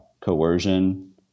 coercion